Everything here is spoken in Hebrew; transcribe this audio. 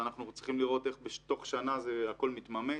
ואנחנו צריכים לראות איך בתוך שנה הכול מתממש.